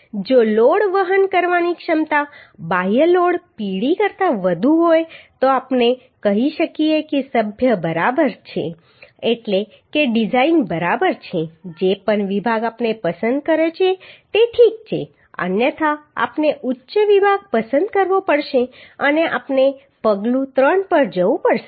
હવે જો લોડ વહન કરવાની ક્ષમતા બાહ્ય લોડ Pd કરતાં વધુ હોય તો આપણે કહી શકીએ કે સભ્ય બરાબર છે એટલે કે ડિઝાઇન બરાબર છે જે પણ વિભાગ આપણે પસંદ કર્યો છે તે ઠીક છે અન્યથા આપણે ઉચ્ચ વિભાગ પસંદ કરવો પડશે અને આપણે પગલું 3 પર જવું પડશે